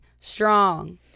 strong